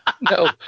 No